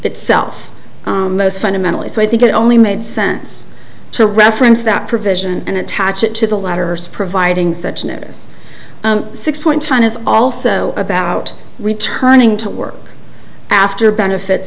itself most fundamentally so i think it only made sense to reference that provision and attach it to the letters providing such notice six point one is also about returning to work after benefits